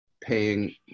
paying